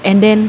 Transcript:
and then